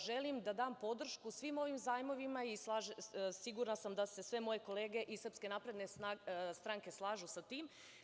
Želim da dam podršku svim ovim zajmovima, i sigurna sam da se sve moje kolege iz SNS-a slažu sa tim.